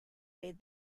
made